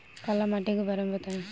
काला माटी के बारे में बताई?